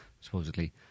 supposedly